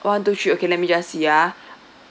one two three okay let me just uh